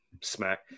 smack